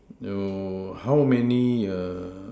oh how many err